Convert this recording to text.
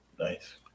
Nice